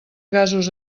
gasos